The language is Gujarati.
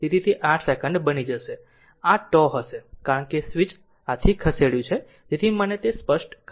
તેથી તે 8 સેકન્ડ બની જશે આ τ હશે કારણ કે સ્વિચ આથી ખસેડ્યું છે તેથી મને તે સ્પષ્ટ કરવા દો